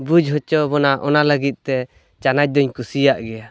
ᱵᱩᱡᱷ ᱦᱚᱪᱚᱣᱵᱚᱱᱟ ᱚᱱᱟ ᱞᱟᱹᱜᱤᱫ ᱛᱮ ᱪᱟᱱᱟᱪ ᱫᱚᱧ ᱠᱩᱥᱤᱭᱟᱜ ᱜᱮᱭᱟ